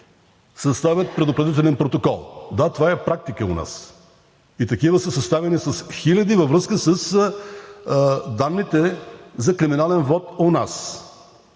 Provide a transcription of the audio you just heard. съставят предупредителен протокол. Да, това е практика у нас, и такива са съставени с хиляди във връзка с данните за криминален вот у нас.